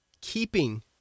keeping